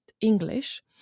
English